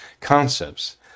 concepts